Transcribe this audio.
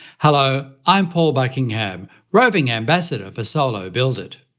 hello, i'm paul buckingham, roving ambassador for solo build it!